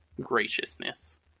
graciousness